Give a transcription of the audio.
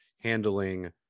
handling